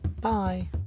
Bye